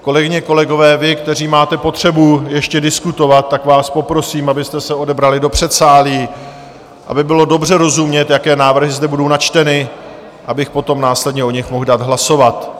Kolegyně, kolegové, vy, kteří máte potřebu ještě diskutovat, tak vás poprosím, abyste se odebrali do předsálí, aby bylo dobře rozumět, jaké návrhy zde budou načteny, abych potom následně o nich mohl dát hlasovat.